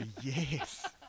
yes